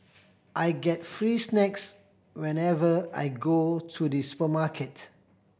I get free snacks whenever I go to the supermarket